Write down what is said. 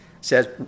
says